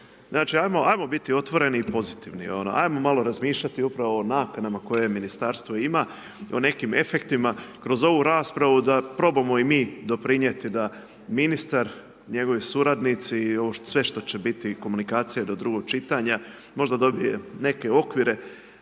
znači ajmo biti otvoreni i pozitivni, ajmo malo razmišljati upravo o nakanama koje ministarstvo ima i o nekim efektima, kroz ovu raspravu da probamo i mi doprinijeti da ministar, njegovi suradnici i ovo sve što će biti i komunikacija do drugog čitanja možda dobije neke okvire